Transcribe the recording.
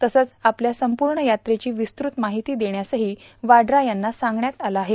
तसंच आपल्या संपूर्ण यात्रेची विस्तृत माहिती देण्यासही वाड्रा यांना सांगण्यात आलं आहे